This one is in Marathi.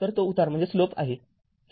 तर तो उतार आहे